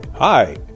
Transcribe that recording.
Hi